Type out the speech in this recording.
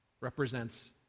represents